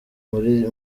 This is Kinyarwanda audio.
muri